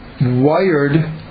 wired